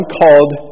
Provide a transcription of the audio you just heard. called